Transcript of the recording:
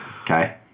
Okay